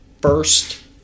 first